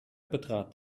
betrat